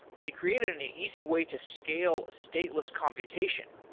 they created an easy way to scale stateless computation.